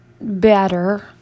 better